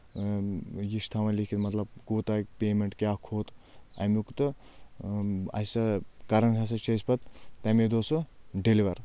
اۭں یہِ چھِ تھاوان لیکھِتھ مطلب کوٗتاہ پیمؠنٛٹ کیاہ کھوٚت امیُک تہٕ اَسہِ کَرَان ہسا چھِ أسۍ پَتہٕ تَمے دۄہ سُہ ڈیلِور